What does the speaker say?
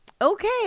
okay